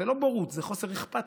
זה לא בורות, זה חוסר אכפתיות.